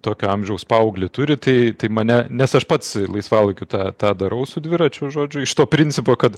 tokio amžiaus paauglį turi tai tai mane nes aš pats laisvalaikiu tą tą darau su dviračiu žodžiu iš to principo kad